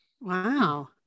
Wow